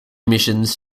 missions